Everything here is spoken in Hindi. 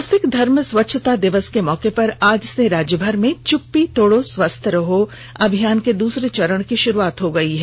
मासिक धर्म स्वच्छता दिवस के मौके पर आज से राज्यभर में चुप्पी तोड़ो स्वस्थ रहो अभियान के दूसरे चरण की शुरूआत हो गई है